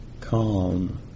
Calm